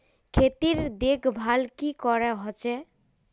खेतीर देखभल की करे होचे?